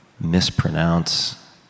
mispronounce